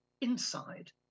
inside